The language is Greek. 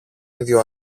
ίδιο